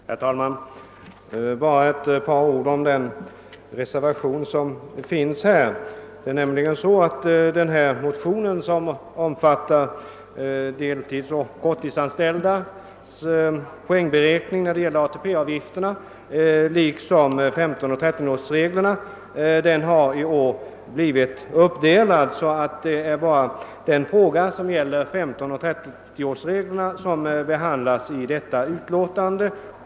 Herr talman! Bara några ord om den reservation som är fogad vid utskottsutlåtandet. Motionerna 1:31 och II:36 tar upp frågan om deltidsoch korttidsanställdas poängberäkning när det gäller ATP avgifterna liksom trettioårsoch femtonårsreglerna. Motionerna har delats upp så att endast den fråga som gäller trettioårsoch femtonårsreglerna behandlas i utlåtandet.